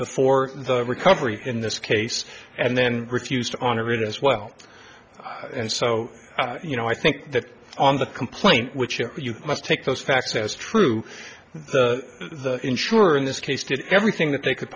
before the recovery in this case and then refused to honor it as well and so you know i think that on the complaint which you must take those facts as true the insurer in this case did everything that they could